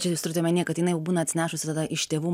čia jūs turite omenyje kad jinai jau būna atsinešusi tada iš tėvų